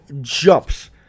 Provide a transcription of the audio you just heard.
jumps